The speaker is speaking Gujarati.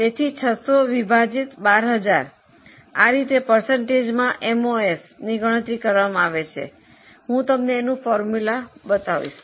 તેથી 600 વિભાજિત 12000 આ રીતે ટકામાં એમઓએસની ગણતરી કરવામાં આવે છે હું તમને સૂત્ર બતાવીશ